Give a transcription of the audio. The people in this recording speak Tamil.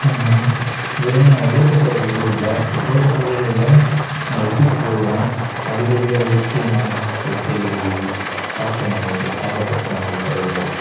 அதுமாதிரி ரோட்டு புறங்களில் உள்ள ரோட்டு புறங்களில் உள்ள எச்சி துப்புவதனால் அதிலுள்ள எச்சியினால் எச்சை காசநோய் ஏகப்பட்ட நோய்கள் பரவுகிறது